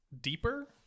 deeper